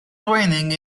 training